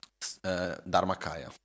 Dharmakaya